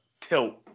tilt